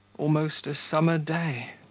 almost a summer day.